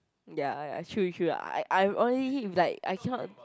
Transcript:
ya ya true true lah I I'm only if like I cannot